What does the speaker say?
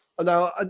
Now